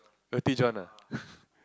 Roti-John ah